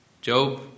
Job